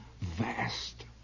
vast